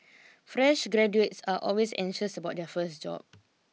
fresh graduates are always anxious about their first job